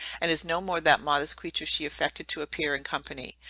and is no more that modest creature she affected to appear in company.